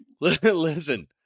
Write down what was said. listen